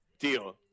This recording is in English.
deal